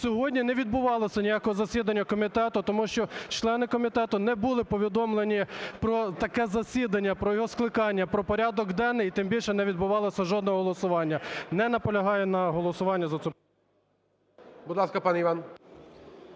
Сьогодні не відбувалося ніякого засідання комітету, тому що члени комітету не були повідомлені про таке засідання, про його скликання, про порядок денний, і тим більше, не відбувалося жодного голосування. Не наполягаю на голосуванні за цю… ГОЛОВУЮЧИЙ. Будь ласка, пане Іван.